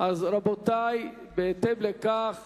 רבותי, בהתאם לכך